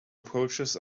approaches